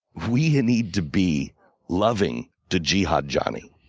we need to be loving to jihad johnny.